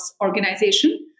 organization